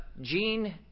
Gene